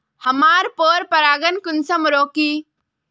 हमार पोरपरागण कुंसम रोकीई?